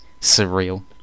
surreal